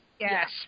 Yes